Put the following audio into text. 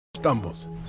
stumbles